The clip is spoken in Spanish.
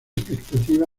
expectativa